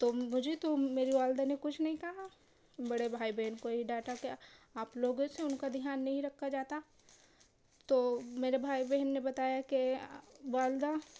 تو مجھے تو میری والدہ نے کچھ نہیں کہا بڑے بھائی بہن کو ہی ڈانٹا کیا آپ لوگوں سے ان کا دھیان نہیں رکھا جاتا تو میرے بھائی بہن نے بتایا کہ والدہ